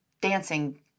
dancing